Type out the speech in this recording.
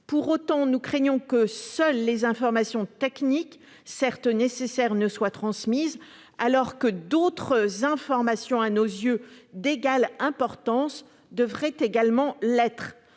Cependant, nous craignons que seules les informations techniques, certes nécessaires, ne soient transmises, alors que d'autres informations tout aussi importantes à nos yeux devraient également l'être.